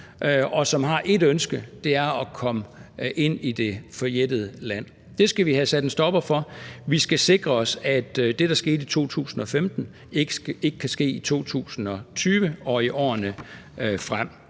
og som har ét ønske, nemlig at komme ind i det forjættede land. Det skal vi have sat en stopper for. Vi skal sikre os, at det, der skete i 2015, ikke kan ske i 2020 og i årene frem.